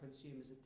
consumers